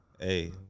Hey